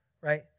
Right